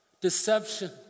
deception